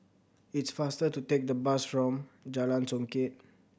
it's faster to take the bus Jalan Songket